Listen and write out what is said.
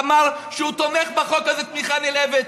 ואמר שהוא תומך בחוק הזה תמיכה נלהבת.